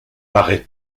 paraît